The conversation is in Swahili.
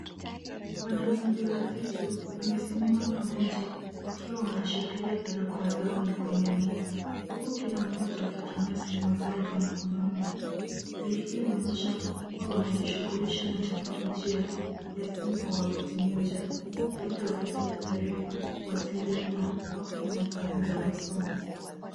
Wanafunzi watatu, wamesimama pamoja, wakiwa wanashikilia barakoa zao mikononi, huku kila mmoja akitumia simu zao za mkononi. Hali hii inaonyesha kuwa wanajishughulisha na teknolojia , ya simu kwa wakati mmoja, labda wakipata taarifa, kuwasiliana, au kufanya kazi za masomo.